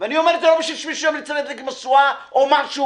אני אומר את זה לא בשביל שמישהו ימליץ עליי להדליק משואה או משהו,